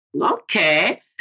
okay